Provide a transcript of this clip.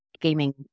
gaming